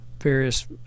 various